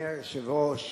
אדוני היושב-ראש,